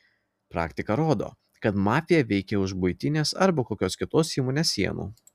praktika rodo kad mafija veikia už buitinės arba kokios kitos įmonės sienų